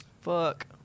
Fuck